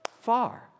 far